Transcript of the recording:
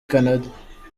canada